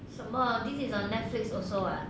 什么 this is a netflix also ah